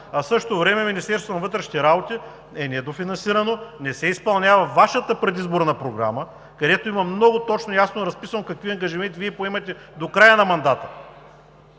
в същото време Министерството на вътрешните работи е недофинансирано, не се изпълнява Вашата предизборна програма, където има много точно и ясно разписано какви ангажименти Вие поемате до края на мандата.